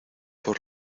por